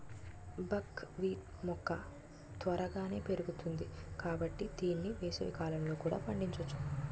బక్ wheat మొక్క త్వరగానే పెరుగుతుంది కాబట్టి దీన్ని వేసవికాలంలో కూడా పండించొచ్చు